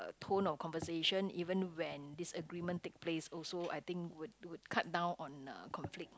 tone of conversation even when disagreement take place also I think would would cut down on uh conflict